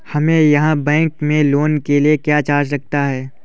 हमारे यहाँ बैंकों में लोन के लिए क्या चार्ज लगता है?